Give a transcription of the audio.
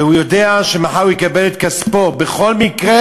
והוא יודע שמחר הוא יקבל את כספו בכל מקרה,